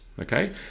okay